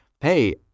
hey